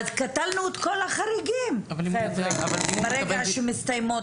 אז קטלנו את כל החריגים שברגע שמסתיימות